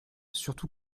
surtout